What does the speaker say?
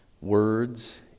words